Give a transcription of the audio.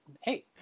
hey